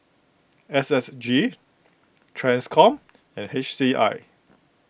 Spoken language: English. S S G Transcom and H C I